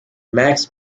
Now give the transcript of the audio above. max